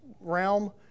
realm